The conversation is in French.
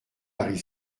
arrive